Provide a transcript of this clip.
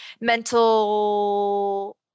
mental